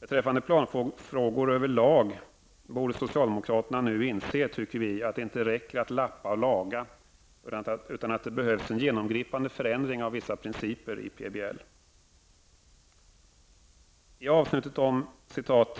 Beträffande planfrågor över lag borde socialdemokraterna nu inse att det inte räcker att lappa och laga utan att det behövs en genomgripande förändring av vissa principer i I avsnittet om